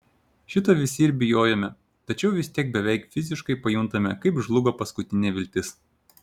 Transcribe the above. šito visi ir bijojome tačiau vis tiek beveik fiziškai pajuntame kaip žlugo paskutinė viltis